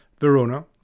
Verona